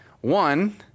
one